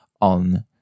on